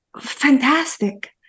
fantastic